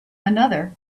another